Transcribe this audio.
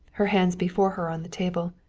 her hands before her on the table.